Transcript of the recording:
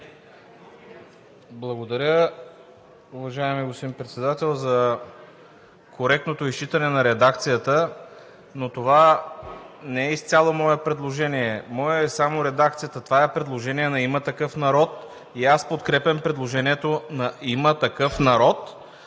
Благодаря, уважаеми господин Председател, за коректното изчитане на редакцията. Но това не е изцяло мое предложение. Моя е само редакцията. Това е предложение на „Има такъв народ“ и аз подкрепям предложението на „Има такъв народ“.